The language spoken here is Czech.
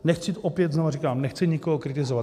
Nechci tu opět, znova říkám, nechci někoho kritizovat.